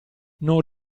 non